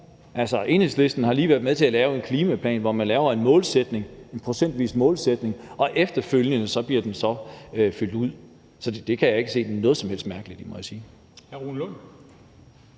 Enhedslisten har lige været med til at lave en klimaplan, hvor man laver en målsætning, en procentvis målsætning, og efterfølgende bliver den så fyldt ud. Så det kan jeg ikke se noget som helst mærkeligt i, må jeg sige.